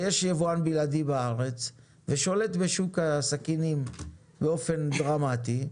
ויש יבואן בלעדי בארץ ושולט בשוק הסכינים באופן דרמטי,